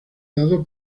dado